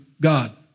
God